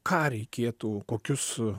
ką reikėtų kokius